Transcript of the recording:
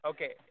Okay